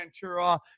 Ventura